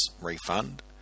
refund